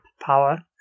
power